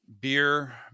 beer